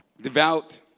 devout